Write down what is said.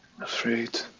afraid